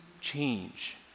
change